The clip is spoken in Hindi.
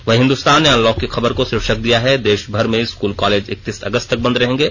वहीं हिन्दुस्तान ने अनलॉक की खबर को शीर्षक दिया है देश भर में स्कूल कॉलेज इकतीस अगस्त तक बंद रहेंगे